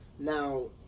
Now